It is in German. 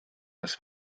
das